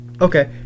Okay